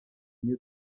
new